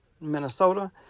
Minnesota